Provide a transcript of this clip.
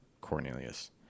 Cornelius